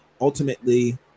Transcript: ultimately